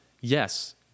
yes